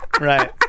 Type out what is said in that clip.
right